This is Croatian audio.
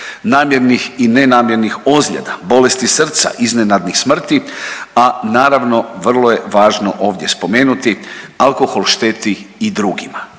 namjernih i nenamjernih ozljeda, bolesti srca, iznenadnih smrti, a naravno vrlo je važno ovdje spomenuti alkohol šteti i drugima,